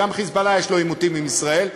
גם ל"חיזבאללה" יש עימותים עם ישראל.